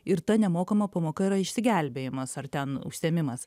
ir ta nemokama pamoka yra išsigelbėjimas ar ten užsiėmimas